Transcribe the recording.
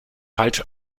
falsch